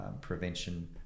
prevention